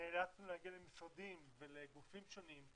נאלצנו להגיע למשרדים ולגופים שונים,